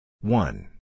one